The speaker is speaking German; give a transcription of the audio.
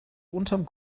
unterm